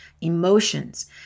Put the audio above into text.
emotions